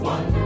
One